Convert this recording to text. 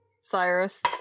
Cyrus